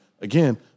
Again